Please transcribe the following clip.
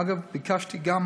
אגב, ביקשתי גם